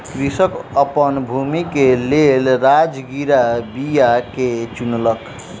कृषक अपन भूमि के लेल राजगिरा बीया के चुनलक